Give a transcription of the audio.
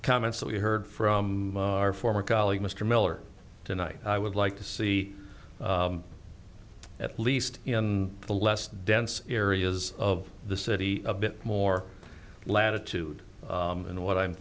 comments that we heard from our former colleague mr miller tonight i would like to see at least in the less dense areas of the city a bit more latitude and what i'm